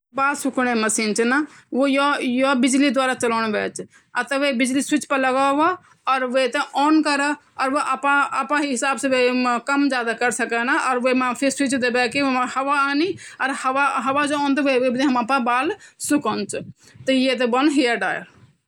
दुनिया मा चाहे जानवर च य इंसान च सबमा यु च की अपन अगन्य-अगन्य अपनी पीढ़ी थय ज्ञान पहचॉन रहन्द जब इंसांन पहुंचउंड त जानवरों मा भी सब गुण च कीलय की जानवर भी एन हुँदा जु भी अगनय पीढ़ी हुन्दा अपण मा बाप से सिखन च और आगे आगे वो ज्ञान पहुचंद च|